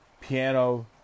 piano